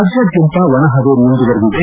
ರಾಜ್ಯಾದ್ಯಂತ ಒಣ ಹವೆ ಮುಂದುವರಿದಿದೆ